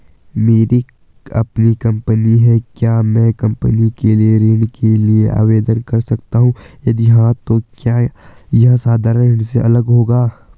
मेरी अपनी कंपनी है क्या मैं कंपनी के लिए ऋण के लिए आवेदन कर सकता हूँ यदि हाँ तो क्या यह साधारण ऋण से अलग होगा?